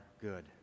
good